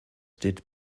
did